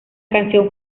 canción